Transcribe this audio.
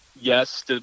Yes